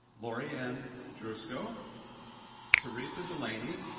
lori and andrusko. theresa delaney.